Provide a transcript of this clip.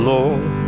Lord